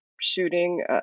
shooting